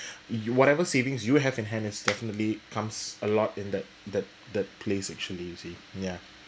you whatever savings you have at hand it's definitely comes a lot in that that that place actually you see ya